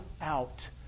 out